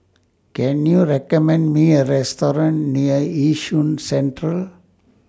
Can YOU recommend Me A Restaurant near Yishun Central